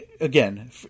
again